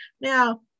Now